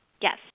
yes